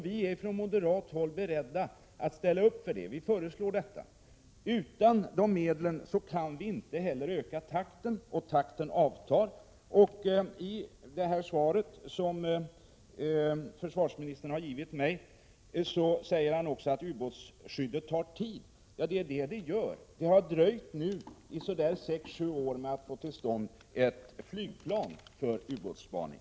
Vi är från moderat håll beredda att ställa upp för det. Vi föreslår detta. Utan mera pengar kan vi inte heller öka takten. Nu avtar den. I det svar som försvarsministern har givit mig säger han också att ubåtsskyddet tar tid — och det är det det gör. Det har nu tagit sex sju år att få fram ett enda flygplan för ubåtsspaning.